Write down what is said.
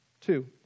Two